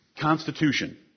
Constitution